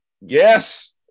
Yes